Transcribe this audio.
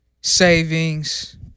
savings